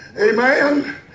Amen